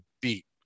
beat